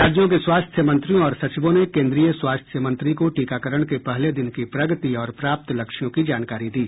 राज्यों के स्वास्थ्य मंत्रियों और सचिवों ने केन्द्रीय स्वास्थ्य मंत्री को टीकाकरण के पहले दिन की प्रगति और प्राप्त लक्ष्यों की जानकारी दी